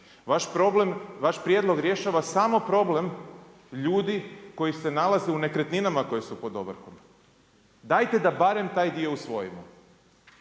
vaš prijedlog rješava samo problem ljudi koji se nalaze u nekretninama koje su pod ovrhom. Dajte da barem taj dio usvojimo,